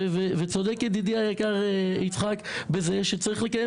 וצודק ידידי היקר יצחק בזה שצריך לקיים